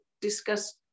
discuss